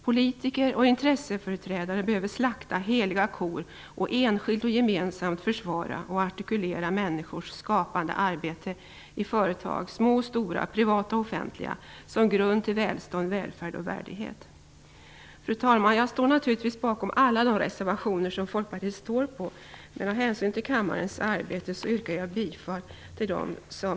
Politiker och intresseföreträdare behöver slakta heliga kor och enskilt och gemensamt försvara och artikulera människors skapande arbete i företag - små och stora, privata och offentliga - som grund till välstånd, välfärd och värdighet. Fru talman! Jag står naturligtvis bakom alla de reservationer som Folkpartiet står bakom, men av hänsyn till kammarens arbete yrkar jag bifall till dem som